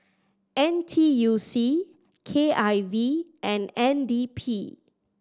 N T U C K I V and N D P